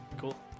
cool